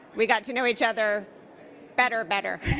we got to know each other better better.